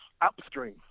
upstream